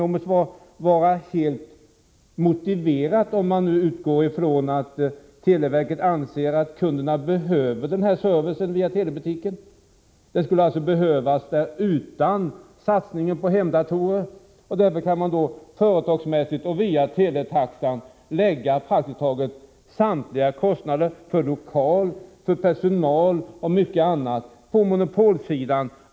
Om man utgår från att televerket anser att kunderna behöver den service, bortsett från satsningen på hemdatorer, som telebutikerna kan erbjuda, då kan det bedömas som företagsekonomiskt motiverat att via teletaxan låta praktiskt taget samtliga kostnader för lokaler, personal och annat belasta monopolsidan.